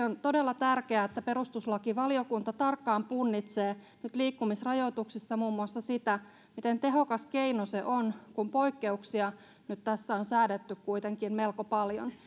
on todella tärkeää että perustuslakivaliokunta tarkkaan punnitsee nyt liikkumisrajoituksissa muun muassa sitä miten tehokas keino se on kun poikkeuksia nyt tässä on säädetty kuitenkin melko paljon